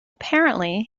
apparently